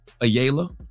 Ayala